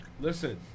Listen